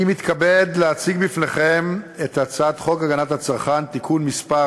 אני מתכבד להציג בפניכם את הצעת חוק הגנת הצרכן (תיקון מס'